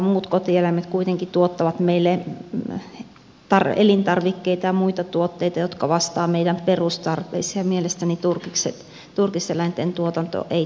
muut kotieläimet kuitenkin tuottavat meille elintarvikkeita ja muita tuotteita jotka vastaavat meidän perustarpeisiimme ja mielestäni turkiseläinten tuotanto ei tähän tarpeeseen vastaa